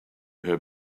her